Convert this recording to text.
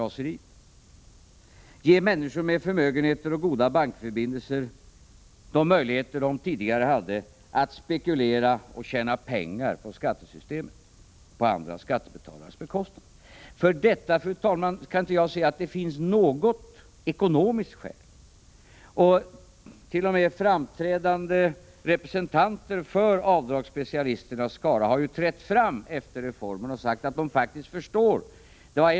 Man skulle ge människor med förmögenhet och goda bankförbindelser de möjligheter de tidigare hade att spekulera och tjäna pengar på skattesystemet, på andra skattebetalares bekostnad. För detta, fru talman, kan jag inte se att det finns något ekonomiskt skäl. T. o. m. framstående representanter för avdragsspecialisternas skara har ju trätt fram efter reformen och sagt att de faktiskt förstår den här begränsningen i avdragsrätten.